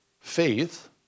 faith